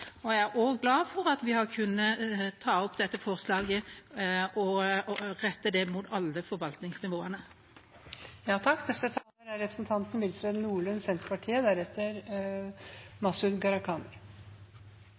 Jeg er også glad for at vi har kunnet ta opp dette forslaget og rette det mot alle forvaltningsnivåer. Det er i hvert fall sånn at debatten går sin gang, og vi er